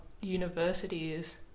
universities